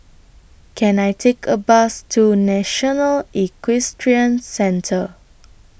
Can I Take A Bus to National Equestrian Centre